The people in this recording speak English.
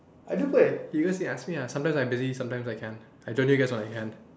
I do play you guys can ask me ah sometimes I busy sometimes I can I join you guys when I can